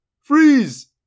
Freeze